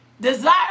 desire